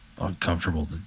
uncomfortable